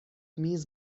میز